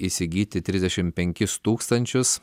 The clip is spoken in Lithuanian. įsigyti trisdešimt penkis tūkstančius